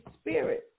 Spirit